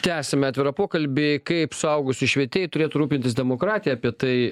tęsime atvirą pokalbį kaip suaugusiųjų švietėjai turėtų rūpintis demokratija apie tai